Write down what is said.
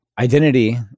Identity